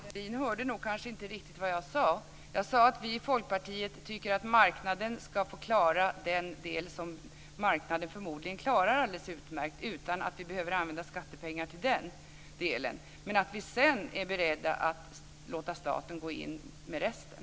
Fru talman! Viviann Gerdin hörde kanske inte riktigt vad jag sade. Jag sade att vi i Folkpartiet tycker att marknaden ska få klara den del som marknaden förmodligen klarar alldeles utmärkt utan att vi behöver använda skattepengar till den. Men sedan är vi beredda att låta staten gå in med resten.